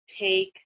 take